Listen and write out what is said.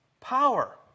power